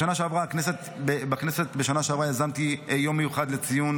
בשנה שעברה יזמתי בכנסת יום מיוחד לציון